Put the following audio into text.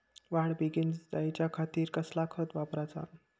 वाढ बेगीन जायच्या खातीर कसला खत वापराचा?